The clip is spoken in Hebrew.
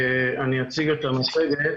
אני אציג את המצגת.